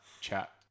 chat